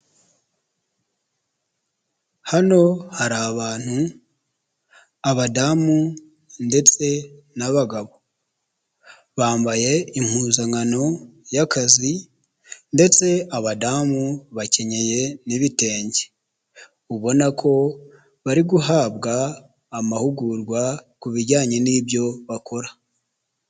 Hano hari abantu, abadamu ndetse n'abagabo. Bambaye impuzankano y'akazi ndetse abadamu bakenyeye n'ibitenge, ubona ko bari guhabwa amahugurwa ku bijyanye n'ibyo bakora.